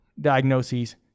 diagnoses